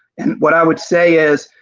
and what i would say is